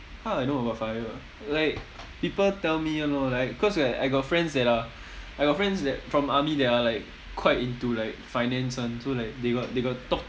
how I know about FIRE ah like people tell me [one] lor like cause like I got friends that are I got friends that from army that are like quite into like finance [one] so like they got they got talk